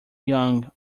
young